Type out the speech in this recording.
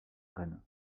graines